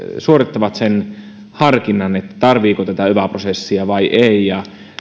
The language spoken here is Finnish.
suorittavat sen harkinnan tarvitaanko tätä yva prosessia vai ei ja